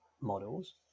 models